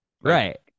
right